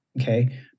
okay